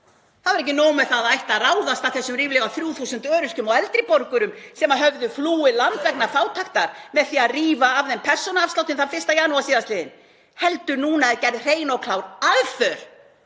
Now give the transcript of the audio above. Það er ekki nóg með að það ætti að ráðast að þessum ríflega 3.000 öryrkjum og eldri borgurum sem höfðu flúið land vegna fátæktar með því að rífa af þeim persónuafsláttinn þann 1. janúar síðastliðinn heldur er gerð hrein og klár aðför